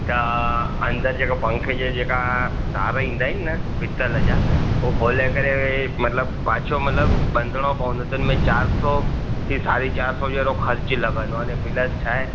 त अंदरु जेको पंखे जे जेका तार ईंदा आहिनि न पीतल जा उहे खोले करे मतिलबु पाछो मतिलबु बंधणो पवंदो त हुन में चारि सौ थी साढे चारि सौ जहिड़ो खर्च लॻंदो अने प्लस छा आहे